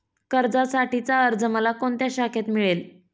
कर्जासाठीचा अर्ज मला कोणत्या शाखेत मिळेल?